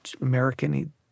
American